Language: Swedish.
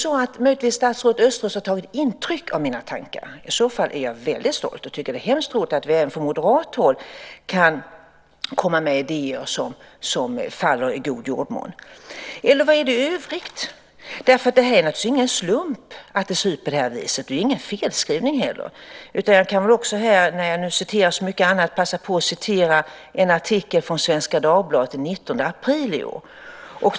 Har statsrådet Östros möjligen tagit intryck av mina tankar? I så fall är jag väldigt stolt och tycker att det är mycket roligt att vi även från moderat håll kan komma med idéer som faller i god jordmån. Eller vad är det i övrigt? Det är naturligtvis ingen slump att det ser ut på det här viset. Det är inte heller någon felskrivning. När jag citerar så mycket annat kan jag kan också passa på att citera ur en artikel i Svenska Dagbladet den 19 april i år.